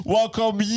Welcome